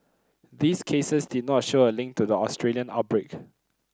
these cases did not show a link to the Australian outbreak